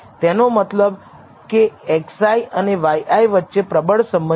તેનો મતલબ કે xi અને yi વચ્ચે પ્રબળ સંબંધ છે